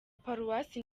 paruwasi